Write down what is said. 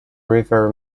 river